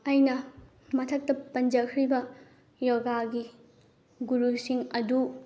ꯑꯩꯅ ꯃꯊꯛꯇ ꯄꯟꯖꯈ꯭ꯔꯤꯕ ꯌꯣꯒꯥꯒꯤ ꯒꯨꯔꯨꯁꯤꯡ ꯑꯗꯨ